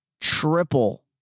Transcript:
triple